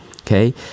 Okay